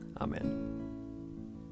Amen